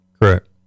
Correct